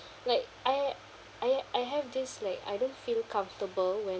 like I I I have this like I don't feel comfortable when